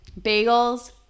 bagels